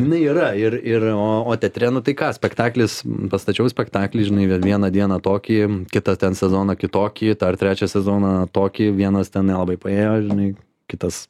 jinai yra ir ir o o teatre nu tai ką spektaklis pastačiau spektaklį žinai vieną dieną tokį kitą ten sezoną kitokį dar trečią sezoną tokį vienas ten nelabai paėjo žinai kitas